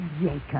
Jacob